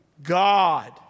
God